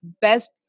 best